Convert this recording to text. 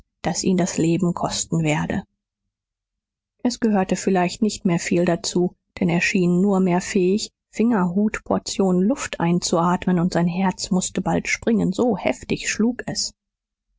das ihn das leben kosten werde es gehörte vielleicht nicht mehr viel dazu denn er schien nur mehr fähig fingerhut portionen luft einzuatmen und sein herz mußte bald springen so heftig schlug es